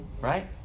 right